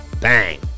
Bang